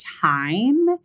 time